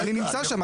אני נמצא שם.